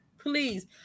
Please